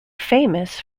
famous